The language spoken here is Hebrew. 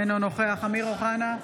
אינו נוכח אמיר אוחנה,